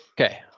Okay